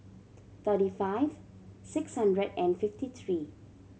thirty five six hundred and fifty three